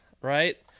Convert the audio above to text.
Right